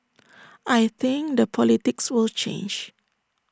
I think the politics will change